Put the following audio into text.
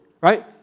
right